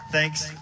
Thanks